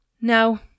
Now